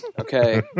okay